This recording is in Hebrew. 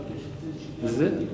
עכשיו אני מבקש שזה יבוא לדיון.